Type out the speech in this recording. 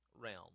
realm